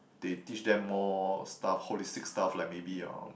they teach them more stuff holistic stuff like maybe um